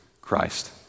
Christ